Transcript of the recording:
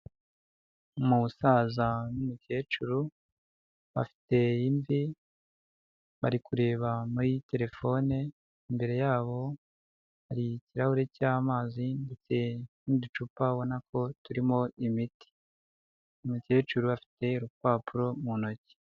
Umusaza n'umukecuru bafite imvi bari kureba muri telefone, imbere yabo hari ikirahuri cy'amazi ndetse n'uducupa abona ko turimo imiti, umukecuru afite urupapuro mu ntoki.